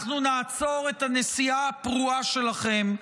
אנחנו נעצור את הנסיעה הפרועה שלכם,